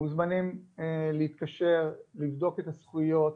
מוזמנים להתקשר, לבדוק את הזכויות.